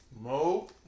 Mo